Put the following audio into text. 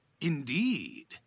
Indeed